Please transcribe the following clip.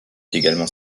également